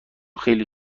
خیلی